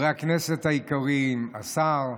חברי הכנסת היקרים, השר,